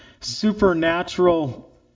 supernatural